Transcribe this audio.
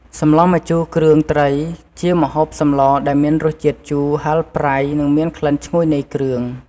សម្លម្ជូរគ្រឿងត្រី ជាម្ហូបសម្លដែលមានរសជាតិជូរ ហឹរ ប្រៃ និងមានក្លិនឈ្ងុយនៃគ្រឿង។